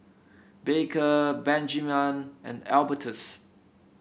Baker Benjiman and Albertus